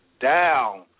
Down